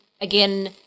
again